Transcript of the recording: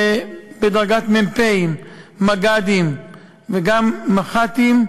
בדרגת מ"פ, מג"דים וגם מח"טים,